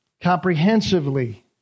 comprehensively